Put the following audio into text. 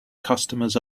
customers